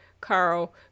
Carl